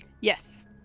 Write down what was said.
Yes